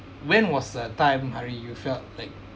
when was that time hari you felt like